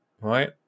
Right